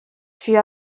fut